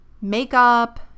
makeup